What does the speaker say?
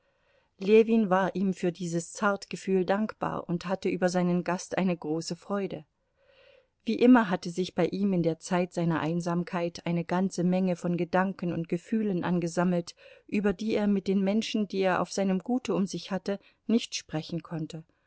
ljewin war ihm für dieses zartgefühl dankbar und hatte über seinen gast eine große freude wie immer hatte sich bei ihm in der zeit seiner einsamkeit eine ganze menge von gedanken und gefühlen angesammelt über die er mit den menschen die er auf seinem gute um sich hatte nicht sprechen konnte